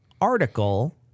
article